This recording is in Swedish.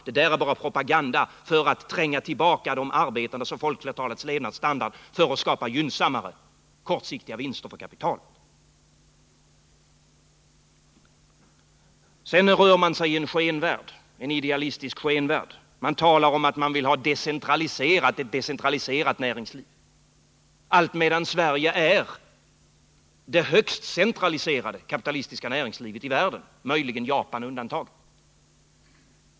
Det är bara propaganda för att tränga tillbaka de arbetandes och folkflertalets levnadsstandard för att skapa gynnsammare kortsiktiga vinster för kapitalet. Regeringen rör sig i en idealistisk skenvärld. Man talar om att man vill ha ett decentraliserat näringsliv, medan Sverige har det högst centraliserade kapitalistiska näringslivet i världen — möjligen Japan undantaget.